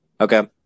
Okay